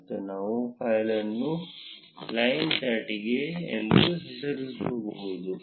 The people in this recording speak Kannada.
ಮತ್ತು ನಾವು ಫೈಲ್ ಅನ್ನು ಲೈನ್ ಹೈಚಾರ್ಟ್ ಎಂದು ಹೆಸರಿಸಬಹುದು